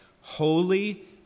holy